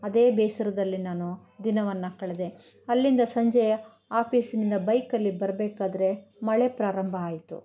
ಅದೇ ಬೇಸರದಲ್ಲಿ ನಾನು ದಿನವನ್ನು ಕಳೆದೆ ಅಲ್ಲಿಂದ ಸಂಜೆ ಆಪೀಸ್ನಿಂದ ಬೈಕಲ್ಲಿ ಬರಬೇಕಾದ್ರೆ ಮಳೆ ಪ್ರಾರಂಭ ಆಯ್ತು